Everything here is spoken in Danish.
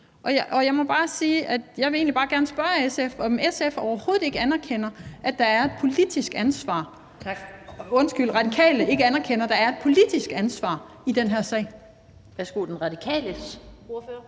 Radikale Venstre, om man overhovedet ikke anerkender, at der er et politisk ansvar i den her sag.